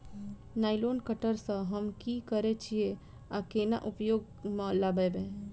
Nylon cutter सँ हम की करै छीयै आ केना उपयोग म लाबबै?